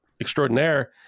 extraordinaire